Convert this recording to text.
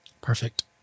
Perfect